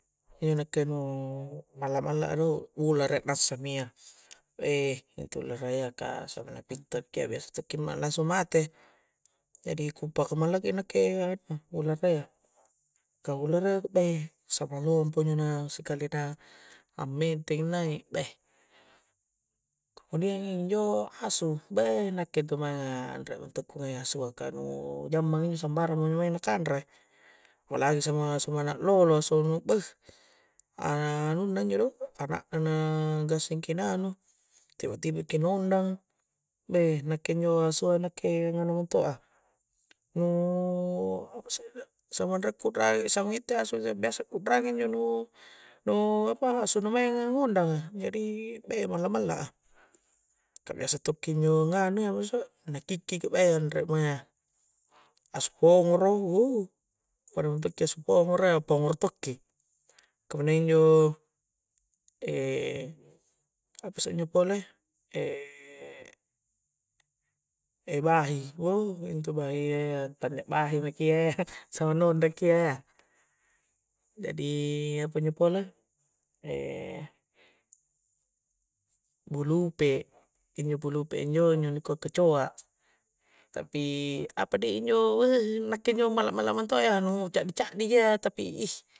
Injo' nakke' nu malla-malla' ru' ulara nassami ya e' itu ulara ya kah samang na pittoki ya, biasa tongki ma' nasu' mate' jadi kupakka' mallaki nakke anu ulara ya kah ularaya beh sama loang punyana, sikalina ammenteng' nai' beh kemudian injo hasu', beh nakke' intu maenga anre mintongku ngai' asua kah nu jammangi' sambarang maeng nu kanre palagi sumana-sumana' lolo asu' beh' ana' anunna injo' do ana'na na gassingkki nanganu' tiba-tiba ki na ondang, beh' nakke injo asu'a nakke nganu muto'a, nu' apa isse' do', samang re' ku rai' sangitte asua' sa biasa ku'rangi injo' nu' nu' apa nu' asu maeng na ngondanga, jadi' be' malla-malla'a kah biasa to' ki injo' nganu biase' na kikki'i beh' ya anre'mo ya asu pongoro' uh' pada to' minto'ki asu pongoro ya pongoro to'ki, kemudian injo' e' e' apa isse' injo pole, e' bahi' uh intu bahi' ya ya, tanja bahi' maki ya ya, samang na ondangki ya ya jadi apa injo' pole, e' pulupe' injo' pulupe injo' nyikua' kecoa' tapi apa dih injo' nakke injo' malla-malla minto' a iya, nu' ca'di-ca'di ji ya tapi